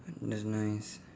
that's nice